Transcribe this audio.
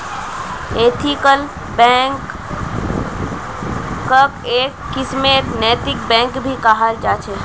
ethical बैंकक् एक किस्मेर नैतिक बैंक भी कहाल जा छे